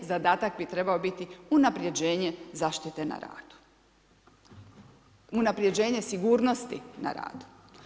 Zadatak bi trebao biti unapređenje zaštite na radu, unapređenje sigurnosti na radu.